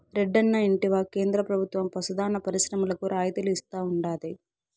రెడ్డన్నా ఇంటివా కేంద్ర ప్రభుత్వం పశు దాణా పరిశ్రమలకు రాయితీలు ఇస్తా ఉండాది